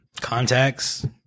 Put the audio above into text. Contacts